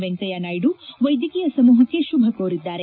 ವೆಂಕಯ್ಯನಾಯ್ದು ವೈದ್ಧಕೀಯ ಸಮೂಹಕ್ಕೆ ಶುಭ ಕೋರಿದ್ದಾರೆ